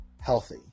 healthy